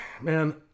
man